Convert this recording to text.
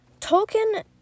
Tolkien